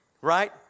right